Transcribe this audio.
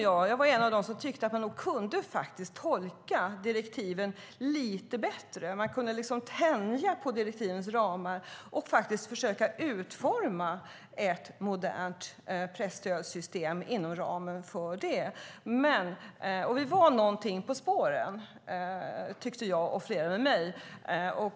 Jag var en av dem som tyckte att man nog kunde tolka direktiven lite bättre. Man kunde liksom tänja på direktivens ramar och försöka utforma ett modernt presstödssystem inom ramen för dem. Vi var någonting på spåren, tyckte jag och flera med mig.